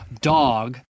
dog